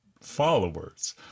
followers